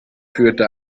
führte